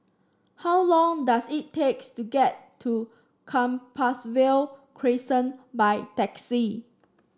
how long does it takes to get to Compassvale Crescent by taxi